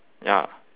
ya